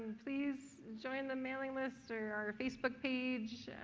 please join the mailing list or our facebook page.